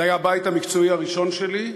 זה היה הבית המקצועי הראשון שלי,